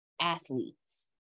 athletes